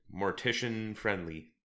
mortician-friendly